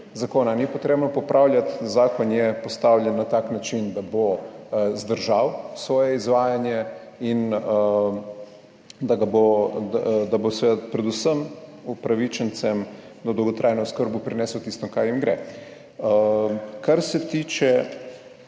zakona ni potrebno popravljati, zakon je postavljen na tak način, da bo zdržal svoje izvajanje in da ga bo, da bo seveda predvsem upravičencem do dolgotrajne oskrbe prinesel tisto, kar jim gre. Kar se tiče